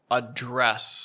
address